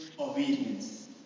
obedience